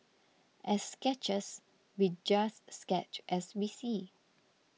as sketchers we just sketch as we see